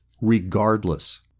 regardless